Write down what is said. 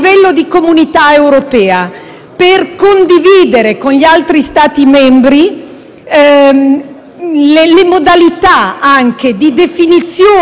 per condividere con gli altri Stati membri le modalità di definizione dei costi aggiuntivi,